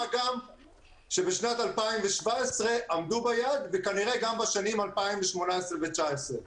מה גם שבשנת 2017 עמדו ביעד וכנראה גם בשנים 2018 ו-2019.